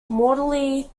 mortally